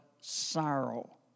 sorrow